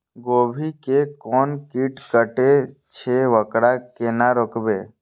गोभी के कोन कीट कटे छे वकरा केना रोकबे?